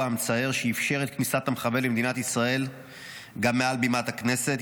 המצער שאפשר את כניסת המחבל למדינת ישראל גם מעל בימת הכנסת.